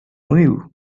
unido